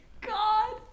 God